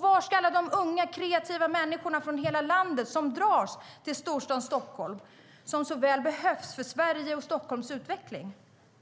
Var ska alla de unga, kreativa människorna från hela landet som dras till storstaden Stockholm bo, som så väl behövs för Sveriges och Stockholms utveckling?